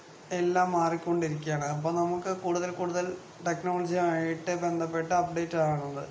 എല്ലാം മാറി കൊണ്ടിരിക്കുകയാണ് അപ്പോൾ നമുക്ക് കൂടുതൽ കൂടുതൽ ടെക്നോളജി ആയിട്ട് ബന്ധപ്പെട്ട് അപ്ഡേറ്റ് ആകണമെന്നുണ്ട്